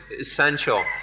essential